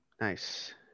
Nice